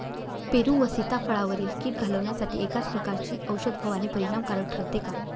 पेरू व सीताफळावरील कीड घालवण्यासाठी एकाच प्रकारची औषध फवारणी परिणामकारक ठरते का?